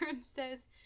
says